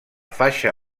faixa